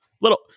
little